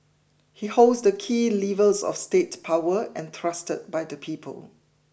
he holds the key levers of state power entrusted by the people